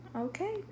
okay